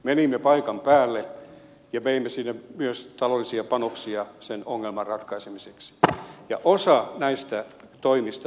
menimme paikan päälle ja veimme sinne myös taloudellisia panoksia sen ongelman ratkaisemiseksi itä ja osa näistä toimista